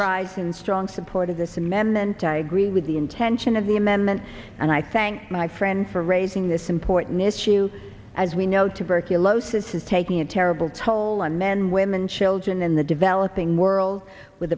rise in strong support of the amendment i agree with the intention of the amendment and i thank my friend for raising this important issue as we know tuberculosis is taking a terrible toll on men women children in the developing world with